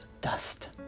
dust